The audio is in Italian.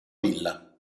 villa